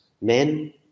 men